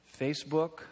Facebook